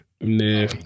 Nah